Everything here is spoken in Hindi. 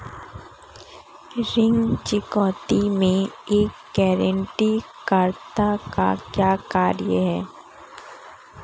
ऋण चुकौती में एक गारंटीकर्ता का क्या कार्य है?